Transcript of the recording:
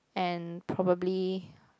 and probably